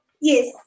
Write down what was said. Yes